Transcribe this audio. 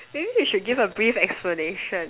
maybe we should give her a brief explanation